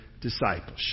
discipleship